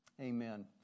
Amen